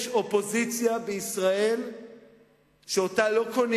יש אופוזיציה בישראל שאותה לא קונים.